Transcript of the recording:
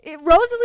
Rosalie